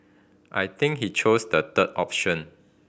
I think he chose the third option